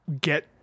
get